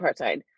apartheid